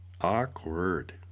Awkward